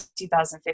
2015